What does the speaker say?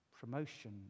promotion